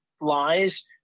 lies